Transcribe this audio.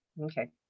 Okay